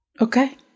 Okay